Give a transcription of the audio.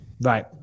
Right